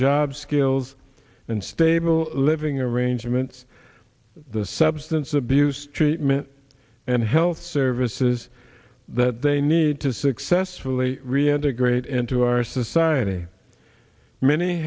job skills and stable living arrangements the substance abuse treatment and health services that they need to successfully reintegrate into our society many